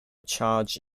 charge